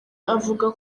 avuga